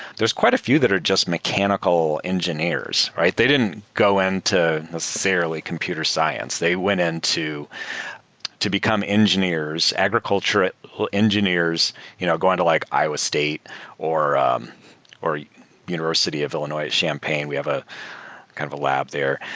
there's quite a few that are just mechanical engineers, right? they didn't go in to necessarily computer science. they went into to become engineers, agriculture engineers you know going to like iowa state or um or university of illinois champaign, we have ah kind of a lab there,